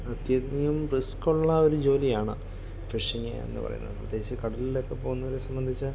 അത്യധികം റിസ്ക്കുള്ള ഒര് ജോലിയാണ് ഫിഷിംഗ് എന്ന് പറയുന്നത് പ്രത്യേകിച്ച് കടലിലൊക്കെ പോകുന്നവരെ സംബന്ധിച്ച്